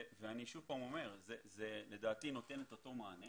ואני שוב אומר שלדעתי זה נותן את אותו מענה